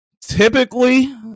Typically